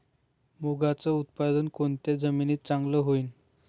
मुंगाचं उत्पादन कोनच्या जमीनीत चांगलं होईन?